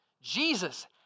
Jesus